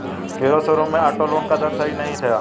hero showroom में auto loan का दर सही नहीं था